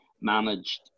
managed